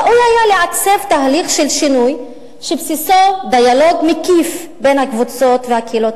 ראוי היה לעצב תהליך של שינוי שבסיסו דיאלוג מקיף בין הקבוצות והקהילות